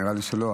נראה לי שלא,